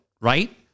right